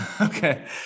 Okay